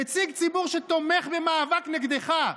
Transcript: נציג טרור שתומך במאבק נגדך,